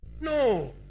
no